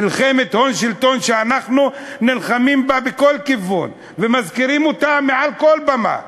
מלחמת הון-שלטון שאנחנו נלחמים בה בכל כיוון ומזכירים אותה מעל כל במה.